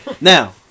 Now